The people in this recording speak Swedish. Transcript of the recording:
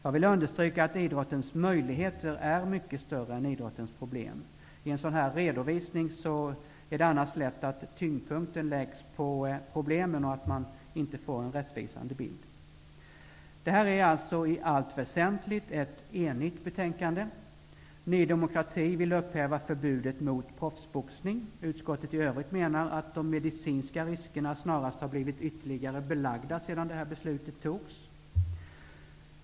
Jag vill understryka att idrottens möjligheter är mycket större än idrottens problem. I en sådan här redovisning är det annars lätt att tyngdpunkten läggs på problemen och att man inte får en rättvisande bild. Det är alltså ett i allt väsentligt enigt betänkande som föreligger från utskottet. Ny demokrati vill upphäva förbudet mot proffsboxning. Utskottet i övrigt menar att de medicinska riskerna snarast har blivit ytterligare belagda sedan beslutet om förbudet togs.